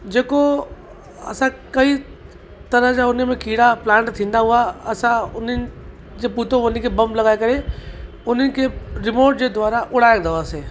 जेको असां कई तरह जा उन में कीड़ा प्लान्ट थींदा हुआ असां उन्हीअ जे पूतो उन्हीअ खे बम लॻाए करे उन्हीअ खे रिमोट जे द्वारा उड़ाईंदा हुआसीं